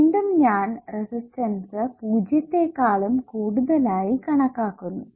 വീണ്ടും ഞാൻ റെസിസ്റ്റൻസ് പൂജ്യത്തെക്കാളും കൂടുതലായി കണക്കാക്കുന്നു